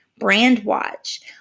BrandWatch